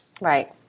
Right